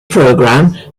programme